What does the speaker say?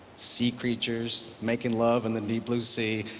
sea creatures making love in the deep blue sea,